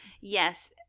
yes